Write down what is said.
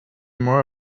more